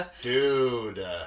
Dude